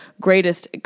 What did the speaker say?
greatest